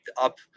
up